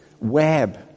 web